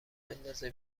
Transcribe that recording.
بندازه